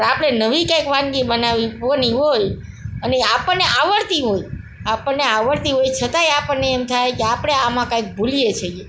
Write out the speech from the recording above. તો આપણે નવી કાંઇક વાનગી બનાવવી હો ની હોય અને આપણને આવડતી હોય આપણને આવડતી હોય છતાંય આપણને એમ થાય કે આપણે આમાં કંઈક ભૂલીએ છીએ